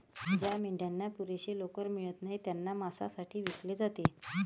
ज्या मेंढ्यांना पुरेशी लोकर मिळत नाही त्यांना मांसासाठी विकले जाते